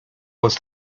was